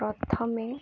ପ୍ରଥମେ